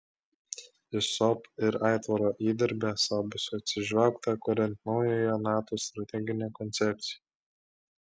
į sop ir aitvaro įdirbį esą bus atsižvelgta kuriant naująją nato strateginę koncepciją